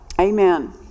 Amen